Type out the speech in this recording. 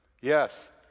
Yes